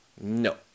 No